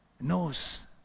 knows